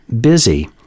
busy